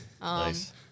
nice